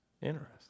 Interesting